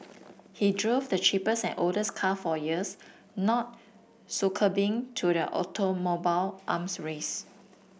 he drove the cheapest at oldest car for years not succumbing to the automobile arms race